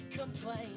Complain